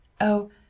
Oh